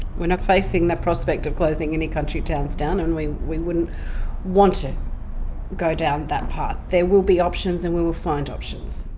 we're not facing the prospect of closing any country towns down, and we we wouldn't want to go down that path. there will be options and we will find options.